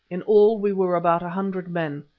in all we were about a hundred men,